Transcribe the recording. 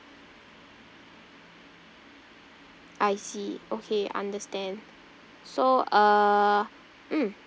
I see okay understand so uh mm